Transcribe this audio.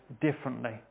differently